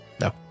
No